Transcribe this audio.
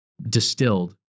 distilled